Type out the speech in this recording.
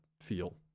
feel